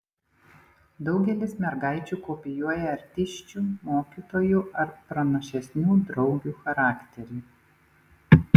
daugelis mergaičių kopijuoja artisčių mokytojų ar pranašesnių draugių charakterį